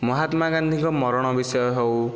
ମହାତ୍ମାଗାନ୍ଧୀଙ୍କ ମରଣ ବିଷୟ ହେଉ